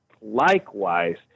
likewise